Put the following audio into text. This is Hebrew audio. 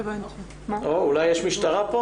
יש פה נציג מהמשטרה?